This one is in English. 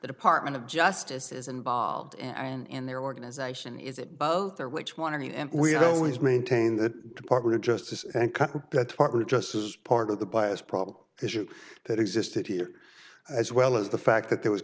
the department of justice is involved and in their organization is it both or which one and we have always maintained the department of justice and that partly just as part of the bias problem isn't that existed here as well as the fact that there was